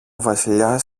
βασιλιάς